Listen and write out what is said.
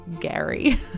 Gary